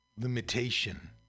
limitation